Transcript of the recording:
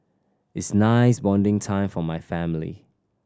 is nice bonding time for my family